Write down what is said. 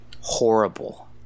horrible